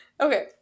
okay